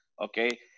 okay